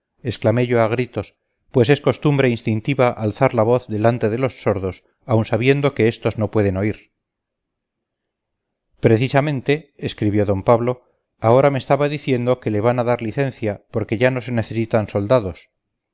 exclamé yo a gritos pues es costumbre instintiva alzar la voz delante de los sordos aun sabiendo que estos no pueden oír precisamente escribió d pablo ahora me estaba diciendo que le van a dar licencia porque ya no se necesitan soldados